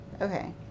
okay